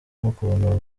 n’ukuntu